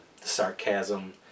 sarcasm